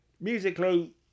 Musically